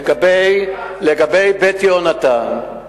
רק לגבי "בית יהונתן", ספציפית.